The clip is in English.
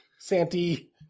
Santi